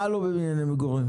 מה לא בבנייני מגורים?